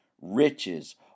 riches